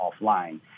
offline